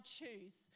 Choose